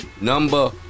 number